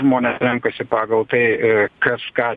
žmonės renkasi pagal tai kas ką